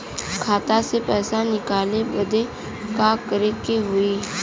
खाता से पैसा निकाले बदे का करे के होई?